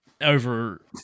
over